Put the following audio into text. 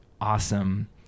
awesome